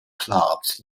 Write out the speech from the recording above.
clubs